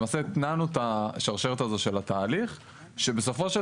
למעשה התנענו את השרשרת הזו של התהליך שבסופו של